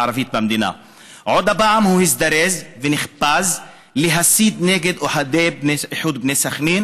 הפעם הוא הזדרז ונחפז להסית נגד אוהדי איחוד בני סח'נין